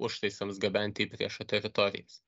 užtaisams gabenti į priešo teritorijas